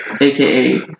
aka